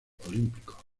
olímpicos